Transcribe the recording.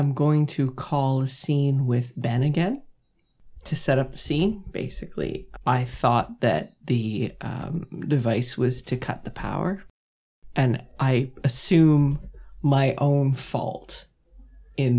i'm going to call a scene with ben again to set up the scene basically i thought that the device was to cut the power and i assume my own fault in